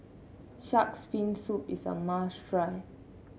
shark's fin soup is a must try